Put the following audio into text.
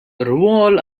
rwol